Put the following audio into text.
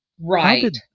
Right